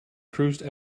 cruised